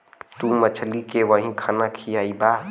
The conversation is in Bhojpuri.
तू मछली के वही खाना खियइबा